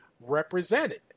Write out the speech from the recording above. represented